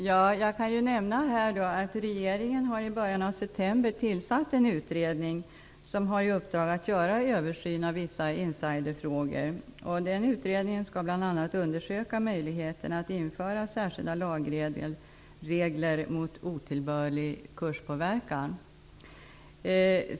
Fru talman! Jag kan nämna att regeringen i början av september tillsatte en utredning som har i uppdrag att göra en översyn av vissa insiderfrågor. Den utredningen skall bl.a. undersöka möjligheten att införa särskilda lagregler mot otillbörlig kurspåverkan.